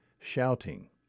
shouting